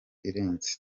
irenze